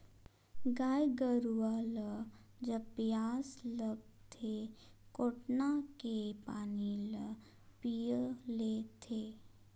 गाय गरुवा ल जब पियास लागथे कोटना के पानी ल पीय लेथे